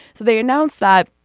so they announced that.